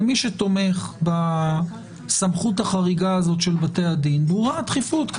למי שתומך בסמכות החריגה הזו של בתי הדין ברורה הדחיפות כי